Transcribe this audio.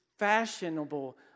fashionable